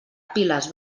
piles